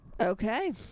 Okay